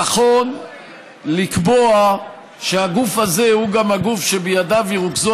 נכון לקבוע שהגוף הזה הוא גם הגוף שבידיו ירוכזו